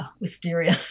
wisteria